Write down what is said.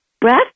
Breath